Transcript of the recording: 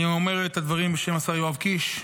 אני אומר את הדברים שמסר יואב קיש.